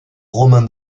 romain